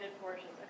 portions